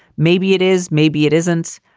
maybe it is, maybe it isn't.